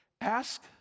Ask